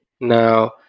Now